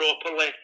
properly